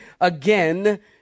Again